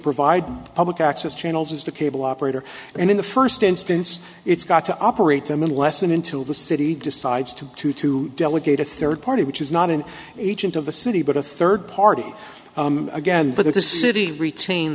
provide public access channels is to cable operator and in the first instance it's got to operate them unless and until the city decides to to to delegate a third party which is not an agent of the city but a third party again for the city retain